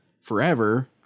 forever